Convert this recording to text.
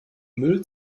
müll